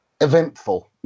eventful